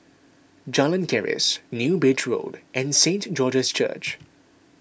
Jalan Keris New Bridge Road and Saint George's Church